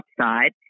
upside